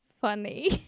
funny